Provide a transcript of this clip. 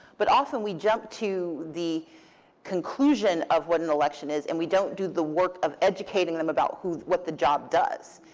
but often we jump to the conclusion of what an election is and we don't do the work of educating them about what the job does.